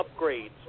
upgrades